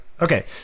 Okay